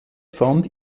fand